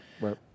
right